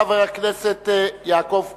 חבר הכנסת יעקב כץ,